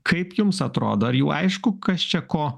kaip jums atrodo ar jau aišku kas čia ko